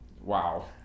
wow